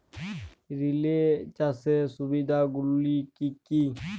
Relay চাষের সুবিধা গুলি কি কি?